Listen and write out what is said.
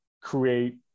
create